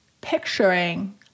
picturing